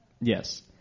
Yes